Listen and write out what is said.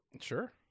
sure